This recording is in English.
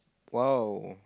!wow!